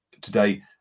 Today